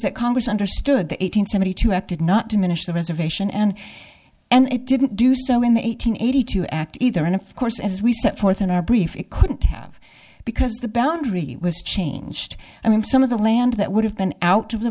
that congress understood that eight hundred seventy two acted not diminish the reservation and and it didn't do so in the eight hundred eighty two act either and of course as we set forth in our brief it couldn't have because the boundary was changed i mean some of the land that would have been out of the